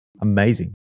amazing